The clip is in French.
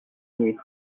nuit